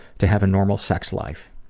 to have a normal sex life.